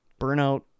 burnout